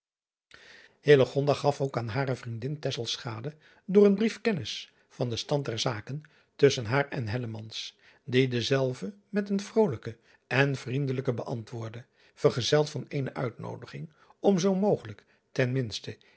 gaf ook aan hare vriendin door een brief kennis van den stand der zaken tusschen haar en die denzelven met een vrolijken en vriendelijken beantwoordde vergezeld van eene uitnoodiging om zoo mogelijk ten minste